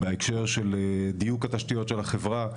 בהקשר של דיוק התשתיות של החברה.